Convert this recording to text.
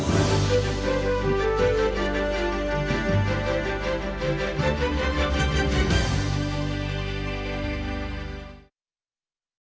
наступного року